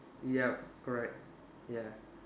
yup correct ya